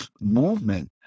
movement